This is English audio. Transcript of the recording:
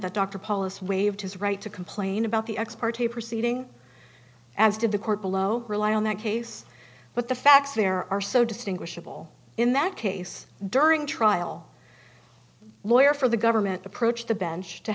that dr polish waived his right to complain about the ex parte proceeding as did the court below rely on that case but the facts there are so distinguishable in that case during trial lawyer for the government approach the bench to